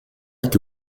que